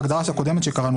ההגדרה הקודמת שקראנו,